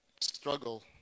struggle